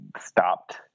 stopped